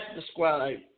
describe